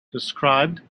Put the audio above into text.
described